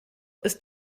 ist